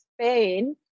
Spain